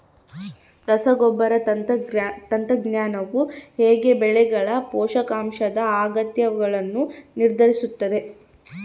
ರಸಗೊಬ್ಬರ ತಂತ್ರಜ್ಞಾನವು ಹೇಗೆ ಬೆಳೆಗಳ ಪೋಷಕಾಂಶದ ಅಗತ್ಯಗಳನ್ನು ನಿರ್ಧರಿಸುತ್ತದೆ?